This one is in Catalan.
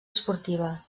esportiva